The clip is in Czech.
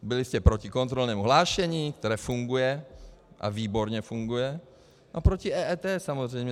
Byli jste proti kontrolnímu hlášení, které funguje, a výborně funguje, a proti EET samozřejmě.